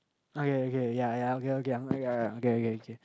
okay okay ya ya okay okay I'm okay okay okay